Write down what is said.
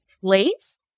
place